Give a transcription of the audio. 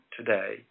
today